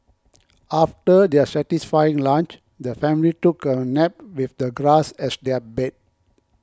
after their satisfying lunch the family took a nap with the grass as their bed